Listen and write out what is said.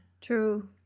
true